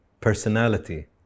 Personality